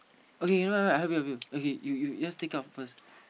okay never mind never mind I help you I help you okay you you just take out first